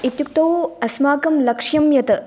इत्युक्तौ अस्माकं लक्ष्यं यत्